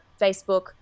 facebook